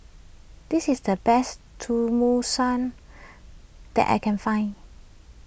this is the best Tenmusu that I can find